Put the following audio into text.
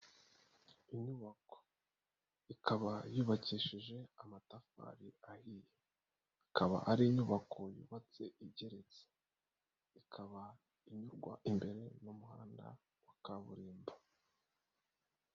Inyubako ikaba yubakishije amatafari ahiye, ikaba ari inyubako yubatse igeretse, ikaba inyurwa imbere mu muhanda wa kaburimbo.